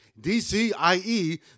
DCIE